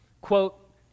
quote